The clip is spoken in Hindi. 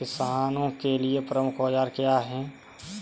किसानों के लिए प्रमुख औजार क्या हैं?